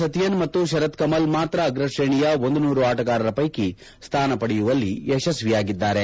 ಸತಿಯನ್ ಮತ್ತು ಶರತ್ ಕಮಲ್ ಮಾತ್ರ ಅಗ್ರ ಶ್ರೇಣಿಯ ಒಂದು ನೂರು ಆಟಗಾರರ ಪೈಕಿ ಸ್ದಾನ ಪಡೆಯುವಲ್ಲಿ ಯಶಸ್ವಿಯಾಗಿದ್ದಾರೆ